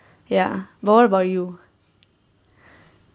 ya what about you